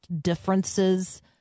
differences